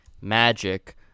Magic